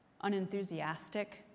unenthusiastic